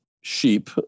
sheep